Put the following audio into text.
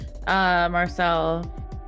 Marcel